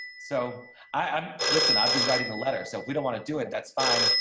so i listen, i'd be writing the letter. so we don't want to do it. that's fine,